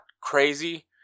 crazy